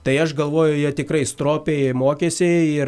tai aš galvoju jie tikrai stropiai mokėsi ir